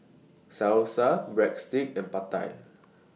Salsa Breadsticks and Pad Thai